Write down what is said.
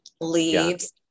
leaves